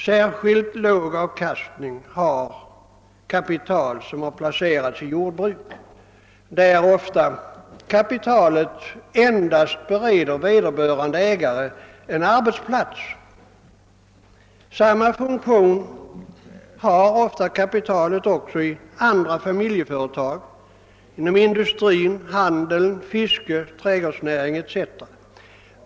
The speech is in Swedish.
Särskilt låg avkastning har kapital som placerats i jordbruk, där det ofta endast bereder vederbörande ägare en arbetsmöjlighet. Samma funktion har kapitalet ofta i andra familjeföretag inom industri, handel, fiske, trädgårdsnäring etc.